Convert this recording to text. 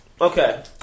Okay